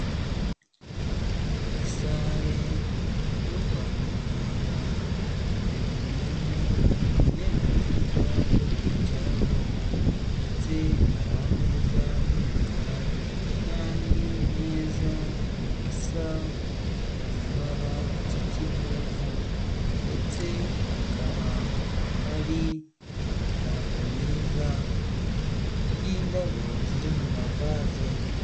Muri sare yo kwa muganga hateguyemo intebe nziza zo kwicaraho ndetse hari ameza y'umukara, n'andi meza asa mu ibara ry'ikivuvu ndetse akaba hari imitako myiza, y'indabo ziri mu mavase.